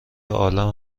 عالم